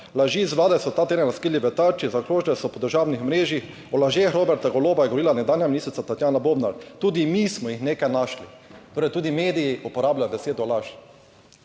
Laži z vlade so ta teden razkrili v Tarči, zaokrožile so po družabnih omrežjih, o lažeh Roberta Goloba je govorila nekdanja ministrica Tatjana Bobnar. Tudi mi smo jih nekaj našli.« Torej, tudi mediji uporabljajo besedo laž.